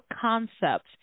concepts